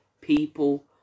people